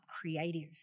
creative